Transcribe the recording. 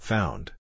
Found